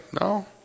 No